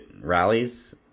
rallies